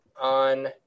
on